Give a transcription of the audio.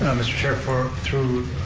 mr. chair, for, through,